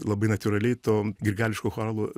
labai natūraliai to grigališko choralo